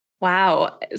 Wow